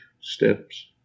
steps